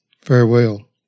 Farewell